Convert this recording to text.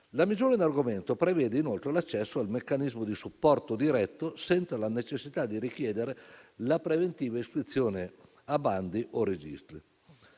La misura in argomento prevede, inoltre, l'accesso al meccanismo di supporto diretto senza la necessità di richiedere la preventiva iscrizione a bandi o registri.